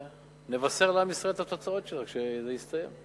ונבשר לעם ישראל את התוצאות שלה כשעבודתה תסתיים.